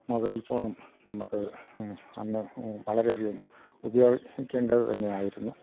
mobile ഫോണും നമുക്ക് അന്ന് വളരെയധികം ഉപയോഗിക്കേണ്ടത് തന്നെയായിയിരുന്നു